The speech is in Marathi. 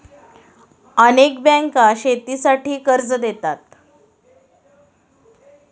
अनेक बँका शेतीसाठी कर्ज देतात